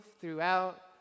throughout